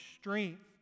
strength